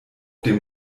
dem